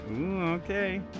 okay